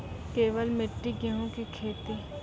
केवल मिट्टी गेहूँ की खेती?